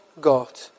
God